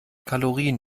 kalorien